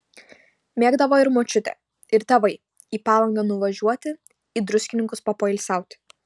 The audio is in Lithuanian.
mėgdavo ir močiutė ir tėvai į palangą nuvažiuoti į druskininkus papoilsiauti